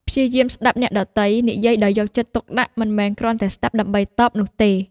ព្យាយាមស្តាប់អ្នកដទៃនិយាយដោយយកចិត្តទុកដាក់ មិនមែនគ្រាន់តែស្តាប់ដើម្បីតបនោះទេ។